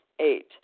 Eight